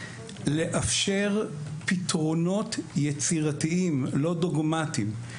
לאפשר פתרונות יצירתיים לא דוגמטיים,